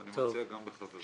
ואני מציע גם לחברי להצביע נגד.